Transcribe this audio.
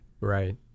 Right